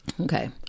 okay